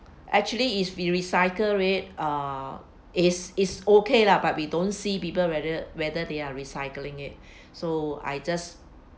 actually if we recycle it ah is is okay lah but we don't see people whether whether they are recycling it so I just